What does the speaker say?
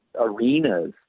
arenas